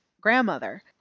grandmother